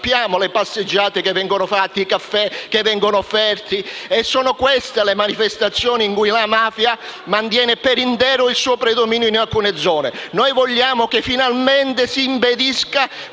conosciamo le passeggiate che vengono fatte e i caffè che vengono offerti. Sono queste le manifestazioni attraverso cui la mafia mantiene per intero il suo predominio in alcune zone. Noi vogliamo che finalmente si impedisca